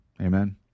Amen